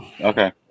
okay